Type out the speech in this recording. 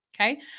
Okay